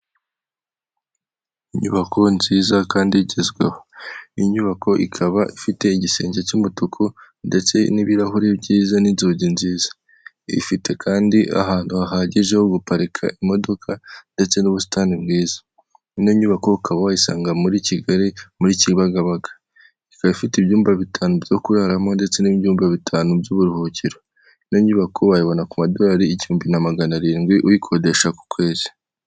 Inyubako nziza kandi igezweho, iyi nyubako ikaba ifite igisenge cy'umutuku ndetse n'ibirahure byiza n'inzugi nziza ifite kandi ahantu hahagije ho guparika imodoka ndetse n'ubusitani bwiza, ino nyubako ukaba wayisanga muri Kigali muri Kibagabaga, ikaba ifite ibyumba bitanu byo kuraramo ndetse n'ibyumba bitanu by'uburuhukiro, ino nyubako wayibona ku madorari igihumbi na magana arindwi uyikodesha ku kwezi.